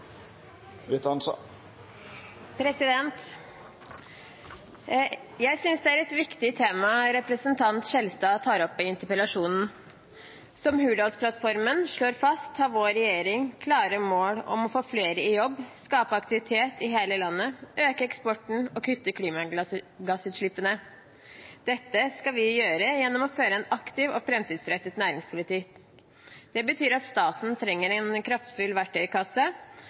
Vitanza. Jeg synes det er et viktig tema representanten Skjelstad tar opp i interpellasjonen. Som Hurdalsplattformen slår fast, har vår regjering klare mål om å få flere i jobb, skape aktivitet i hele landet, øke eksporten og kutte i klimagassutslippene. Dette skal vi gjøre gjennom å føre en aktiv og framtidsrettet næringspolitikk. Det betyr at staten trenger en kraftfull verktøykasse